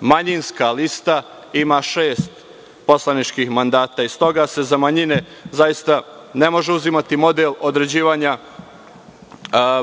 manjinska lista ima šest poslaničkih mandata. Stoga se za manjine ne može uzimati model određivanja